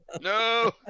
no